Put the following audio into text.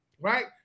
right